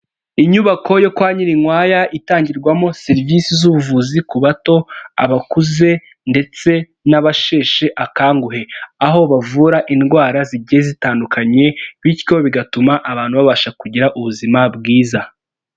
Inyubako yo kwa Nyirininkwaya itangirwamo serivisi z'ubuvuzi ku bato, abakuze ndetse n'abasheshe akanguhe, aho bavura indwara zigiye zitandukanye bityo bigatuma abantu babasha kugira ubuzima bwiza.